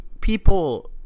people